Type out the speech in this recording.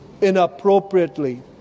inappropriately